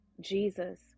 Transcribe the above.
Jesus